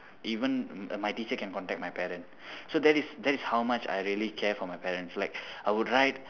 even my teacher can contact my parent so that is that is how much I really care for my parents like I would write